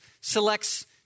selects